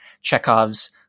Chekhov's